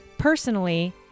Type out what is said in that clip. personally